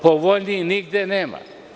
Povoljniji nigde nema.